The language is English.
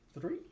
Three